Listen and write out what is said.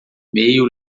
meio